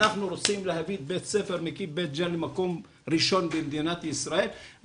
אנחנו רוצים להביא את בית ספר מקיף בית ג'ן למקום ראשון במדינת ישראל,